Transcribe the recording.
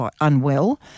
unwell